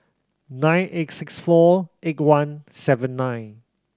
nine eight six four eight one seven nine